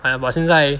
!aiya! but 现在